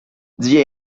zia